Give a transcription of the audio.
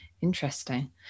interesting